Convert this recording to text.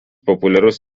populiarus